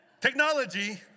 Technology